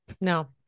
No